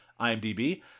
IMDb